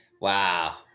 Wow